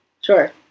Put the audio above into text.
Sure